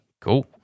cool